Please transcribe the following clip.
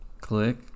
click